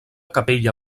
capella